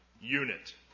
Unit